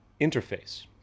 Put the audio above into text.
interface